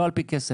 לא על פי כסף.